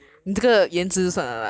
!aiya! 你